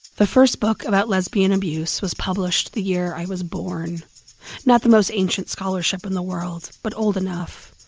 the first book about lesbian abuse was published the year i was born not the most ancient scholarship in the world, but old enough.